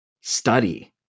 study